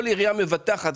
כל עירייה מבטחת.